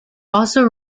also